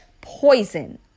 poison